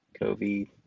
covid